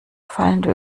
fallende